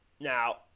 now